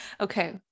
Okay